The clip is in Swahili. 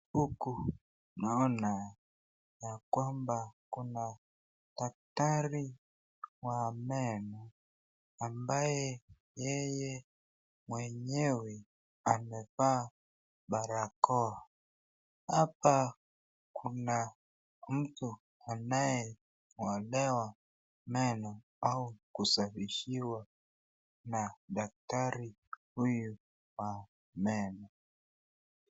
Huku naona yakwamba Kuna daktari wa meno ambaye yeye mwenyewe amevaa barakoa, hapa Kuna mtu anangolewa meno au kusafishiwa na daktari huyu wa meno.